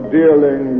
dealing